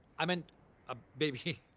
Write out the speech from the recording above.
i meant a baby.